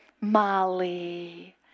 Molly